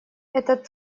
этот